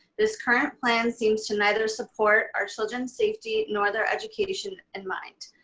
this current plan seems to neither support our children's safety nor their education in mind.